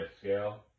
scale